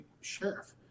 sheriff